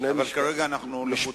כרגע אנחנו לחוצים בזמן.